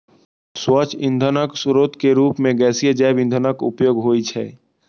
स्वच्छ ईंधनक स्रोत के रूप मे गैसीय जैव ईंधनक उपयोग होइ छै